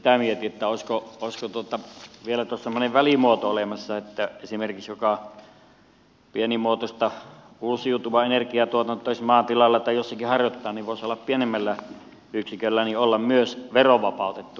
lähinnä sitä mietin olisiko vielä tuossa semmoinen välimuoto olemassa että esimerkiksi se joka pienimuotoista uusiutuvaa energiatuotantoa maatilalla tai jossakin harjoittaa pienemmällä yksiköllä voisi olla myös verovapautettu